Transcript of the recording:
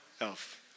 Elf